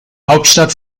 hauptstadt